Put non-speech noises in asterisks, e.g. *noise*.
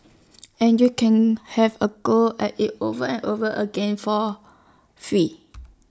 *noise* and you can have A go at IT over and over again for free